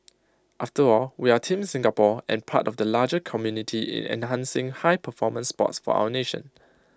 after all we are Team Singapore and part of the larger community in enhancing high performance sports for our nation